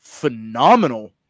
Phenomenal